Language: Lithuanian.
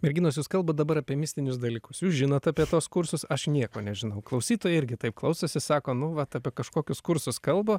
merginos jūs kalbat dabar apie mistinius dalykus jūs žinot apie tuos kursus aš nieko nežinau klausytojai irgi taip klausosi sako nu vat apie kažkokius kursus kalba